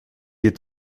est